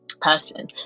person